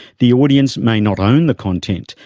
the audience may not own the content,